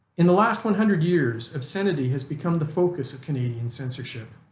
in the last one hundred years obscenity has become the focus of canadian censorship.